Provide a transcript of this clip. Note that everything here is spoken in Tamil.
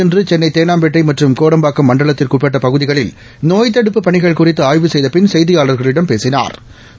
இன்றுசென்னைதேனாம்பேட்டைமற்றும் கோடம்பாக்கம் மண்டலத்திற்குஉட்படபகுதிகளில் நோய் அவர் தடுப்புப் பணிகள் குறித்துஆய்வு செய்தபின் செய்தியாளாகளிடம் பேசினாா்